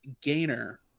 gainer